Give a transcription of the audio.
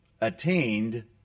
attained